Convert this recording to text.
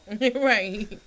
Right